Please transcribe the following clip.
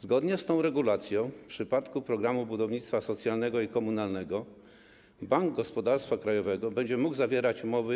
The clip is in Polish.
Zgodnie z tą regulacją w przypadku programu budownictwa socjalnego i komunalnego Bank Gospodarstwa Krajowego będzie mógł zawierać umowy